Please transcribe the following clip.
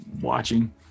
watching